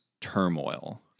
turmoil